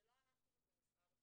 זה לא אנחנו, זה משרד החינוך.